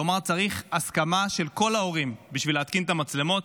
כלומר: צריך הסכמה של כל ההורים בשביל להתקין את המצלמות.